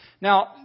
Now